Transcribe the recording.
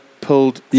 pulled